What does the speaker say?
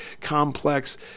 complex